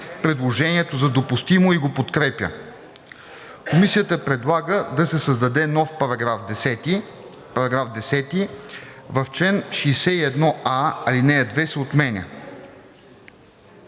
предложението за допустимо и го подкрепя. Комисията предлага да се създаде нов § 10: „§ 10. В чл. 61а ал. 2 се отменя.“